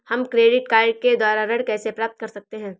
हम credit card के द्वारा ऋण कैसे प्राप्त कर सकते हैं?